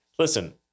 Listen